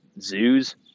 zoos